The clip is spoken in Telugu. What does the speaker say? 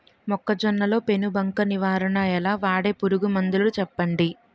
మొక్కజొన్న లో పెను బంక నివారణ ఎలా? వాడే పురుగు మందులు చెప్పండి?